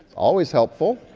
always helpful.